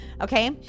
okay